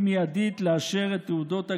נכון,